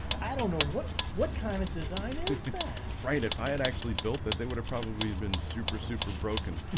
i don't know what what kind of design is right if i had actually built it they would have probably had been super super broken